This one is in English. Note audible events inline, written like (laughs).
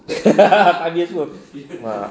(laughs) primary school mak